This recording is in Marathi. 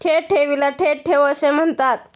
थेट ठेवीला थेट ठेव असे म्हणतात